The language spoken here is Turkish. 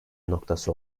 noktası